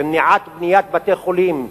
במניעת בניית בתי-חולים?